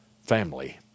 family